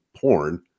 porn